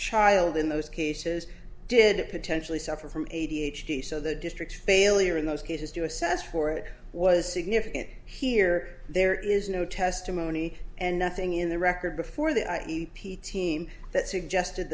child in those cases did potentially suffer from a d h d so the district's failure in those cases to assess for it was significant here there is no testimony and nothing in the record before the a p team that suggested